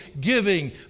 giving